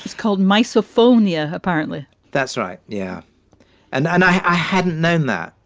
called misophonia, apparently. that's right. yeah and and i hadn't known that.